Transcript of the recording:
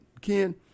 ken